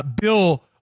Bill